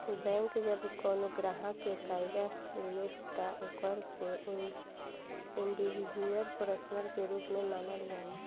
bank जब कवनो ग्राहक के कर्जा देले त ओकरा के इंडिविजुअल पर्सन के रूप में मानल जाला